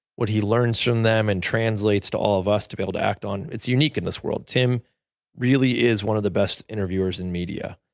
what he learns from them and translates to all of us to be able to act on. it's unique in this world. tim really is one of the best interviewers in media.